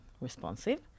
responsive